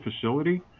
facility